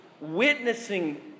witnessing